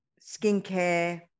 skincare